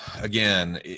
again